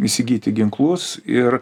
įsigyti ginklus ir